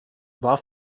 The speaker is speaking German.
war